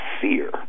fear